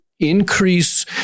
Increase